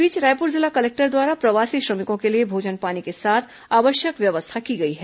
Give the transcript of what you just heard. इस बीच रायपुर जिला कलेक्टर द्वारा प्रवासी श्रमिकों के लिए भोजन पानी के साथ आवश्यक व्यवस्था की गई है